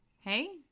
hey